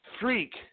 freak